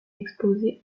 exposé